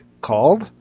called